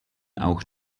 auch